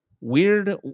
Weird